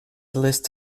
list